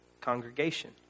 congregation